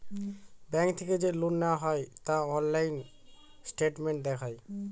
bank থেকে যে loan নেওয়া হয় তা অনলাইন স্টেটমেন্ট দেখায়